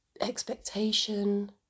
expectation